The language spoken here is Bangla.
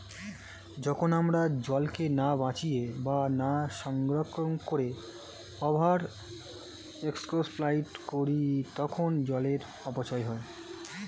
যখন আমরা জলকে না বাঁচিয়ে বা না সংরক্ষণ করে ওভার এক্সপ্লইট করি তখন জলের অপচয় হয়